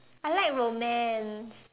I like romance